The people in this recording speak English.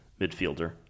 midfielder